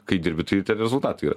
kai dirbi tai ir tie rezultatai yra